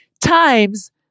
times